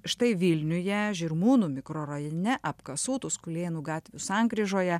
štai vilniuje žirmūnų mikrorajone apkasų tuskulėnų gatvių sankryžoje